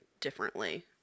differently